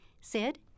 Sid